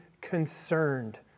concerned